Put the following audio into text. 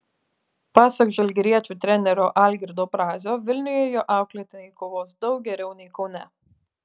pasak žalgiriečių trenerio algirdo brazio vilniuje jo auklėtiniai kovos daug geriau nei kaune